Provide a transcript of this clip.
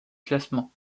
classement